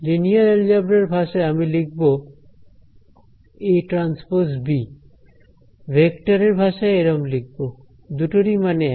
linear অ্যালজেবরার ভাষায় আমি লিখব aT b ভেক্টরের ভাষায় এরম লিখব দুটোরই মানে এক